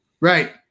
Right